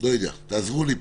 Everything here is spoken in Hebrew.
לא יודע, תעזרו לי פה.